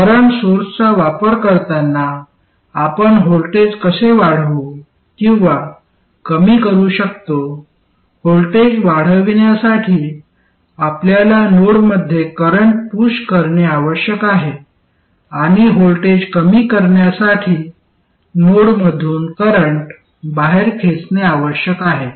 current सोर्सचा वापर करताना आपण व्होल्टेज कसे वाढवू किंवा कमी करू शकतो व्होल्टेज वाढविण्यासाठी आपल्याला नोडमध्ये करंट पुश करणे आवश्यक आहे आणि व्होल्टेज कमी करण्यासाठी नोडमधून करंट बाहेर खेचणे आवश्यक आहे